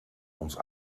ons